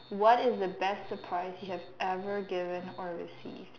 what is the best surprise you have ever given or received